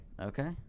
Okay